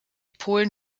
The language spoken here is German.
polen